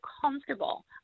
comfortable